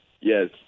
Yes